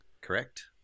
Correct